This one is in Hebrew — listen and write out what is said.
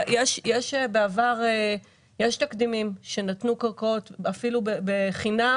בעבר יש תקדימים שנתנו קרקעות אפילו בחינם